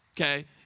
okay